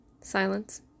Silence